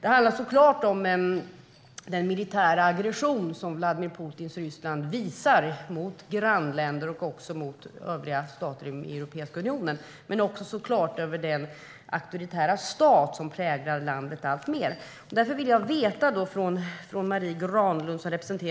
Det handlar om den militära aggression som Vladimir Putins Ryssland visar mot grannländer och övriga stater i Europeiska unionen. Men det handlar också om den auktoritära stat som präglar landet alltmer. Jag vill veta hur ni resonerar